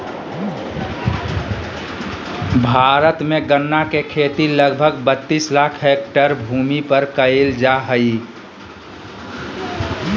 भारत में गन्ना के खेती लगभग बत्तीस लाख हैक्टर भूमि पर कइल जा हइ